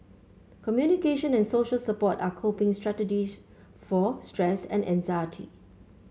communication and social support are coping strategies for stress and anxiety